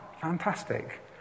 Fantastic